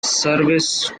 service